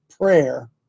prayer